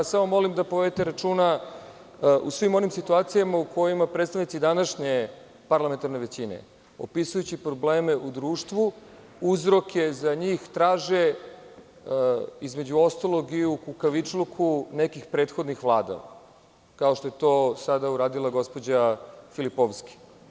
Molim vas da povedete računa u svim onim situacijama u kojima predstavnici današnje parlamentarne većine, opisujući probleme u društvu za koje uzrok traže između ostalog i u kukavičluku nekih prethodnih vlada, kao što je to sada uradila gospođa Filipovski.